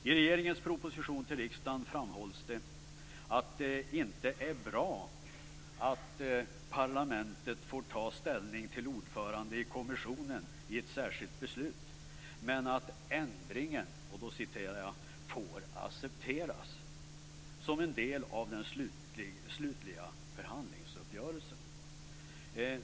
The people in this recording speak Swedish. I regeringens proposition till riksdagen framhålls det att det inte är bra att parlamentet får ta ställning till vem som skall utses till ordförande i kommissionen i ett särskilt beslut, men att ändringen "får accepteras som en del av den slutliga förhandlingsuppgörelsen".